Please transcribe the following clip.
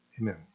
Amen